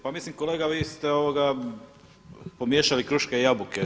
Pa mislim kolega vi ste pomiješali kruške i jabuke.